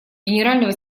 генерального